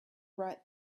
right